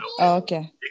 Okay